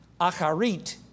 acharit